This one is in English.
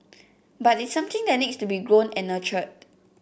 but it's something that needs to be grown and nurtured